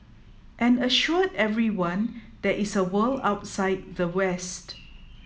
and assured everyone there is a world outside the west